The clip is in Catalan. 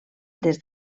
des